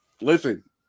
listen